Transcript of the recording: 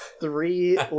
three